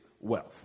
wealth